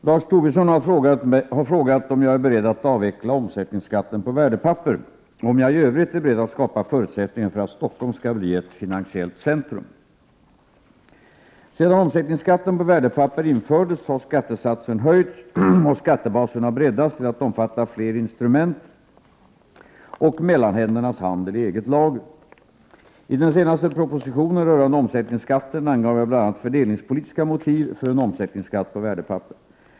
Herr talman! Lars Tobisson har frågat om jag är beredd att avveckla omsättningsskatten på värdepapper och om jag i övrigt är beredd att skapa förutsättningar för att Stockholm skall bli ett finansiellt centrum. Sedan omsättningsskatten på värdepapper infördes har skattesatsen höjts och skattebasen har breddats till att omfatta fler instrument och mellanhändernas handel i eget lager. I den senaste propositionen rörande omsättningsskatten angav jag bl.a. fördelningspolitiska motiv för en omsättningsskatt på värdepapper.